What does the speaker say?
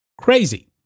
crazy